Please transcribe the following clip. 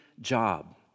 job